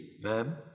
ma'am